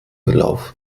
gelaufen